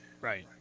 right